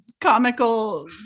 comical